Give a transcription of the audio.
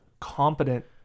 competent